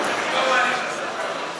1 לא נתקבלה.